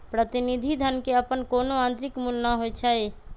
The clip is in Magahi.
प्रतिनिधि धन के अप्पन कोनो आंतरिक मूल्य न होई छई